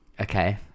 Okay